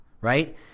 right